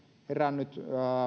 herännyt